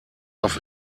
auf